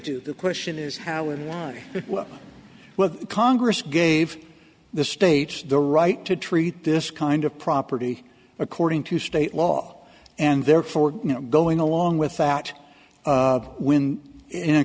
do the question is how it is well congress gave the states the right to treat this kind of property according to state law and therefore you know going along without when in a